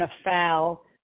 afoul